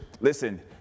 listen